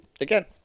Again